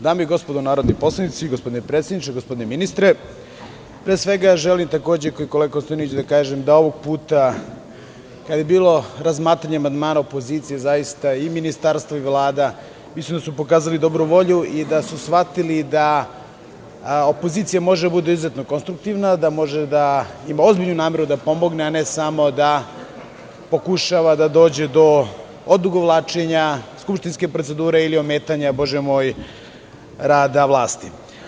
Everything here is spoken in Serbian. Dame i gospodo narodni poslanici, gospodine predsedniče, gospodine ministre, pre svega želim, kao i kolega Konstantinović, da kažem da su ovog puta, kada je bilo razmatranje amandmana opozicije, zaista i Ministarstvo i Vlada pokazali dobru volju i da su shvatili da opozicija može da bude izuzetno konstruktivna, da može da ima ozbiljnu nameru da pomogne, a ne samo da pokušava da dođe do odugovlačenja skupštinske procedure ili ometanja, Bože moj, rada vlasti.